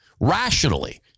rationally